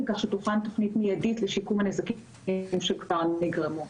כך שתוכן תוכנית מיידית לשיקום הנזקים שכבר נגרמו.